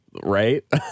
right